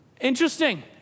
Interesting